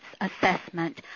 assessment